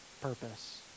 purpose